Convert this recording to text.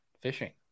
fishing